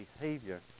behavior